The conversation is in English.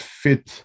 fit